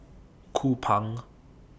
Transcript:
Kupang